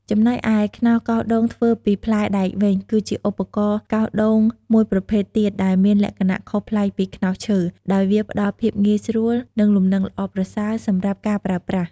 ចំណែកឯ ខ្នោសកោសដូងធ្វើពីផ្លែដែកវិញ គឺជាឧបករណ៍កោសដូងមួយប្រភេទទៀតដែលមានលក្ខណៈខុសប្លែកពីខ្នោសឈើ ដោយវាផ្តល់ភាពងាយស្រួល និងលំនឹងល្អប្រសើរសម្រាប់ការប្រើប្រាស់។